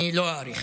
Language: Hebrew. אני לא אאריך.